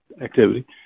activity